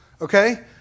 okay